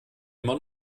immer